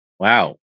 Wow